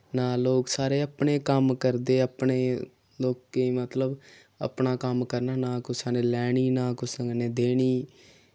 ना लोक सारे अपने कम्म करदे अपने लोकें मतलब अपना कम्म करना ना कुसा नै लैनी ना कुसा कन्नै देनी